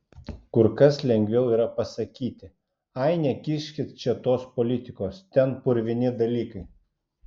kur kas lengviau yra pasakyti ai nekiškit čia tos politikos ten purvini dalykai